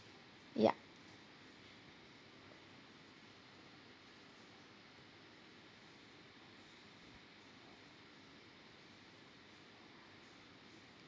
yup